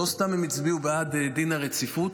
לא סתם הם הצביעו בעד דין הרציפות.